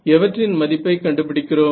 எவற்றின் மதிப்பை கண்டுபிடிக்கிறோம்